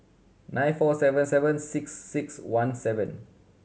nine four seven seven six six one seven